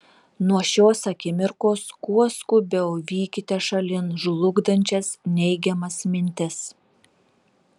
nuo šios akimirkos kuo skubiau vykite šalin žlugdančias neigiamas mintis